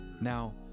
Now